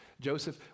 Joseph